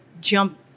jump